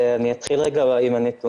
אני אתחיל עם הנתונים.